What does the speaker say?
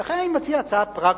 ולכן אני מציע הצעה פרקטית.